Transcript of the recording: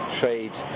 trade